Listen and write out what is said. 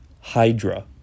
Hydra